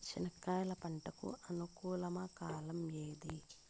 చెనక్కాయలు పంట కు అనుకూలమా కాలం ఏది?